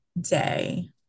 day